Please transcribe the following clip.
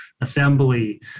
assembly